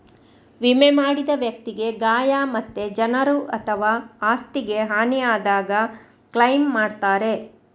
ವಿಮೆ ಮಾಡಿದ ವ್ಯಕ್ತಿಗೆ ಗಾಯ ಮತ್ತೆ ಜನರು ಅಥವಾ ಆಸ್ತಿಗೆ ಹಾನಿ ಆದಾಗ ಕ್ಲೈಮ್ ಮಾಡ್ತಾರೆ